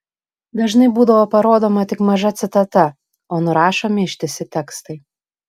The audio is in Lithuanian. dažnai būdavo parodoma tik maža citata o nurašomi ištisi tekstai